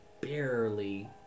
barely